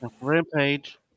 Rampage